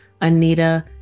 Anita